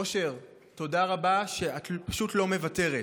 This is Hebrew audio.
אושר, תודה רבה שאת פשוט לא מוותרת.